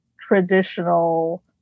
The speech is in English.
traditional